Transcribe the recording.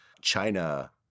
China